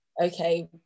Okay